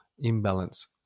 imbalance